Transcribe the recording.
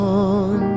on